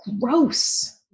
gross